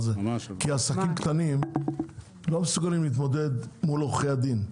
עסקים קטנים לא מסוגלים להתמודד מול עורכי הדין.